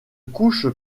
couche